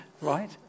Right